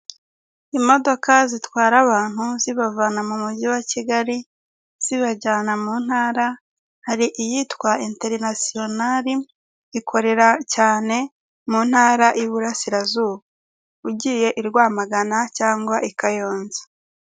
Imodoka zitwara abantu zibavana mu mujyi wa kigali zibajyana mu ntara, hari iyitwa enterinasiyonare ikorera cyane mu ntara y'iburasirazuba ugiye i rwamagana cyangwa i kayonza.